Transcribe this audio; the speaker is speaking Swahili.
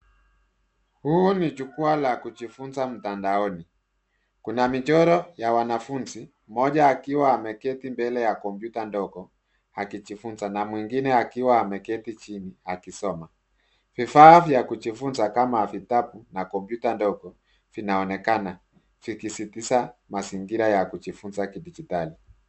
Huu ni jukwaa la kujifunza mtandaoni. Kuna michoro ya wanafunzi, mmoja akiwa ameketi mbele ya kompyuta ndogo akijifunza na mwingine akiwa ameketi chini akisoma. Vifaa vya kujifunza kama vitabu na kompyuta ndogo vinaonekana vikisisitiza mazingira ya kujifunza kidijitali.